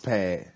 Pad